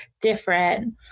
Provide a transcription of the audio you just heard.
different